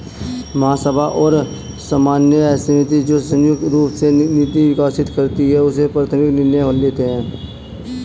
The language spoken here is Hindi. महासभा और समन्वय समिति, जो संयुक्त रूप से नीति विकसित करती है और प्राथमिक निर्णय लेती है